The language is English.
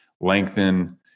lengthen